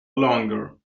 longer